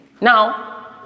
Now